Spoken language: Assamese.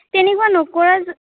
তেনেকুৱা নকৰাৰ